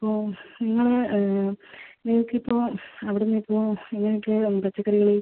ഇപ്പോൾ നിങ്ങളെ നിങ്ങൾക്ക് ഇപ്പോൾ അവിടുന്ന് ഇപ്പോൾ എങ്ങനെ ഒക്കെ പച്ചക്കറികൾ